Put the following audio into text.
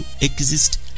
exist